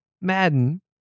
Madden